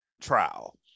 trial